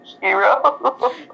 hero